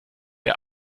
der